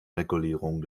regulierung